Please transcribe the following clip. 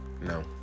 No